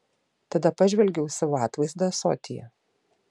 tada pažvelgiau į savo atvaizdą ąsotyje